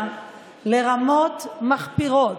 לרמות מחפירות.